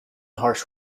harsh